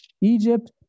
Egypt